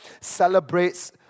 celebrates